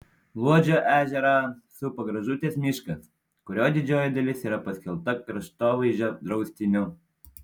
luodžio ežerą supa gražutės miškas kurio didžioji dalis yra paskelbta kraštovaizdžio draustiniu